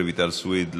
רויטל סויד,